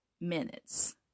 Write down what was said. minutes